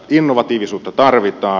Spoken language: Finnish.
innovatiivisuutta tarvitaan